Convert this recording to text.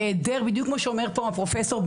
בדיוק כמו שאומר פה הפרופסור,